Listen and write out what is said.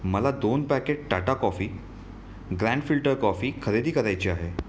मला दोन packet Tata coffee grand filter coffee खरेदी करायची आहे